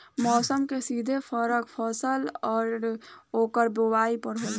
मौसम के सीधे फरक फसल आ ओकर बोवाई पर होला